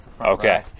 Okay